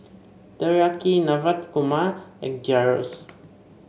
Teriyaki Navratan Korma and Gyros